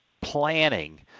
planning